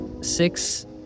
six